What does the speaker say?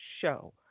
show